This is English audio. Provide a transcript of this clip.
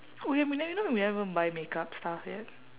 oh ya we n~ you know we never even buy makeup stuff yet